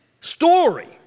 story